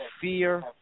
fear